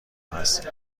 هستیم